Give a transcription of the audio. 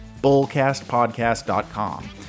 bullcastpodcast.com